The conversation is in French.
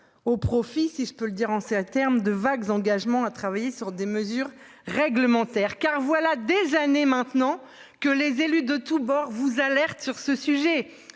au profit, si je peux le dire en c'est à terme de vagues engagements à travailler sur des mesures réglementaires car voilà des années maintenant que les élus de tous bords vous alerte sur ce sujet.